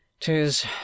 Tis